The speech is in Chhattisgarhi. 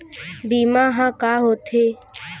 बीमा ह का होथे?